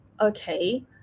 okay